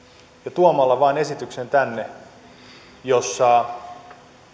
tuomalla tänne vain esityksen jossa